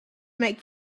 make